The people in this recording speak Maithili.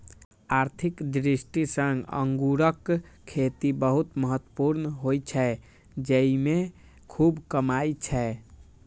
आर्थिक दृष्टि सं अंगूरक खेती बहुत महत्वपूर्ण होइ छै, जेइमे खूब कमाई छै